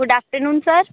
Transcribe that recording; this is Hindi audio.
good afternoon sir